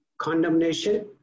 condemnation